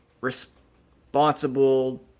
responsible